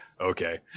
okay